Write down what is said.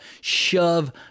shove